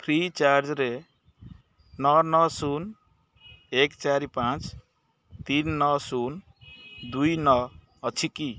ଫ୍ରିଚାର୍ଜରେ ନଅ ନଅ ଶୂନ ଏକ ଚାରି ପାଞ୍ଚ ତିନି ନଅ ଶୂନ ଦୁଇ ନଅ ଅଛି କି